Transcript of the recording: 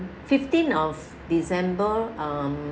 fifteen of december um